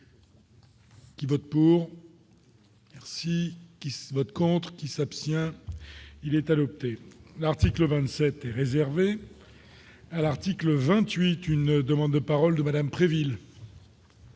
Qui vote pour merci qui votre contre qui s'abstient. Il est adopté l'article 27 est réservé à l'article 28, une demande de paroles de Madame Préville.